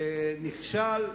נכשל,